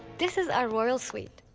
this is our royal suite.